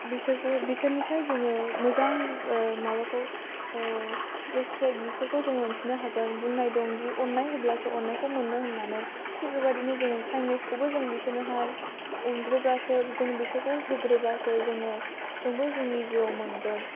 बिसोरखौ बिसोर निफ्राय जोङो मोजां माबाखौ रेसफेक्ट बिफोरखौ जों मोनफिननो हागोन बुंनाय दं दि अननाय होब्लासो अननायखौ मोनो होन्नानै थिक बेबादनो जोङो काइन्दनेस खौबो जों बिसोरनो हाय अनगोरब्लासो जों बिसोरखौ होगोरब्लासो जोङो जोंबो जोंनि जिउआव मोनगोन